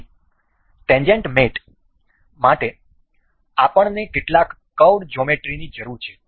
તેથી ટેન્જેન્ટ મેટ માટે અમને કેટલાક કર્વડ જ્યોમેટ્રીની જરૂર છે